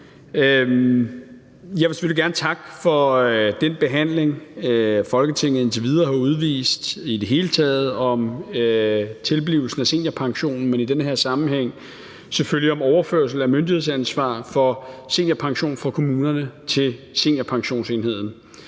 Jeg vil gerne takke for den behandling, som Folketinget indtil videre i det hele taget har udvist med hensyn til tilblivelsen af seniorpensionen, men i den her sammenhæng selvfølgelig også med hensyn til en overførsel af myndighedsansvaret for seniorpensionen fra kommunerne til Seniorpensionsenheden.